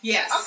Yes